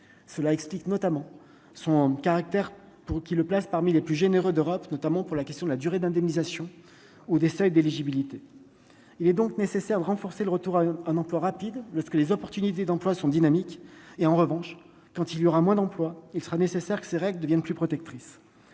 cela explique notamment son caractère, pour qui le place parmi les plus généreux d'Europe, notamment pour la question de la durée d'indemnisation ou des seuils d'éligibilité, il est donc nécessaire de renforcer le retour à un emploi rapide lorsque les opportunités d'emploi sont dynamiques et, en revanche, quand il y aura moins d'emplois, il sera nécessaire que ces règles ne viennent plus protectrice,